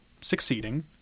succeeding